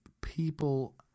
people